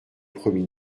promis